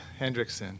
Hendrickson